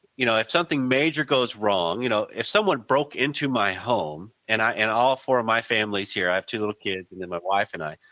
you know, if something major goes wrong, you know, if someone broke into my home and and all four of my family is here, i have two little kids and then my wife and i,